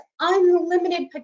unlimited